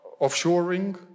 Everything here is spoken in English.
offshoring